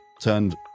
turned